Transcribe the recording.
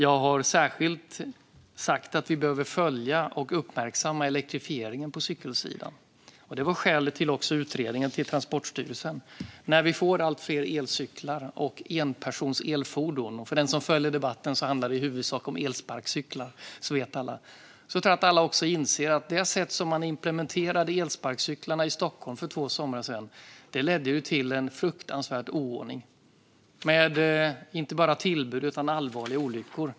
Jag har särskilt sagt att vi behöver följa och uppmärksamma elektrifieringen på cykelsidan. Det var också skälet till utredningsuppdraget till Transportstyrelsen. Vi får allt fler elcyklar och enpersonselfordon, och för den som följer debatten handlar det i huvudsak om elsparkcyklar. Jag tror att alla inser att det sätt på vilket man implementerade elsparkcyklarna i Stockholm för två somrar sedan ledde till en fruktansvärd oordning med inte bara tillbud utan allvarliga olyckor.